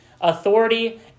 authority